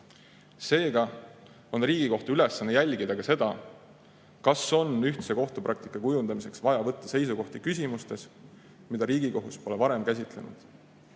Seega on Riigikohtu ülesanne jälgida ka seda, kas on ühtse kohtupraktika kujundamiseks vaja võtta seisukohti küsimustes, mida Riigikohus pole varem käsitlenud.